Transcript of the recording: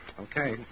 okay